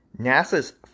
NASA's